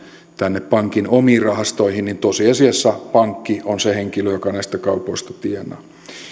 tänne pankin omiin rahastoihin niin tosiasiassa pankki on se joka näistä kaupoista tienaa